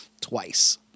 Twice